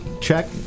check